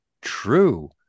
true